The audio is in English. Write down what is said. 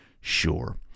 sure